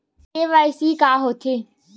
KYC का होथे?